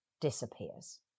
disappears